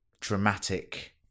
dramatic